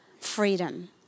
freedom